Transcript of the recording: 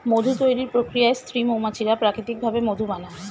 মধু তৈরির প্রক্রিয়ায় স্ত্রী মৌমাছিরা প্রাকৃতিক ভাবে মধু বানায়